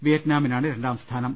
വിയറ്റ്നാമിനാണ് രണ്ടാം സ്ഥാനം